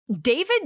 David